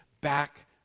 back